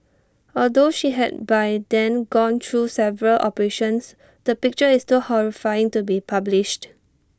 although she had by then gone through several operations the picture is too horrifying to be published